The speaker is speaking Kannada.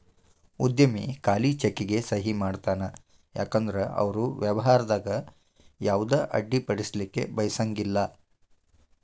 ಉದ್ಯಮಿ ಖಾಲಿ ಚೆಕ್ಗೆ ಸಹಿ ಮಾಡತಾನ ಯಾಕಂದ್ರ ಅವರು ವ್ಯವಹಾರದಾಗ ಯಾವುದ ಅಡ್ಡಿಪಡಿಸಲಿಕ್ಕೆ ಬಯಸಂಗಿಲ್ಲಾ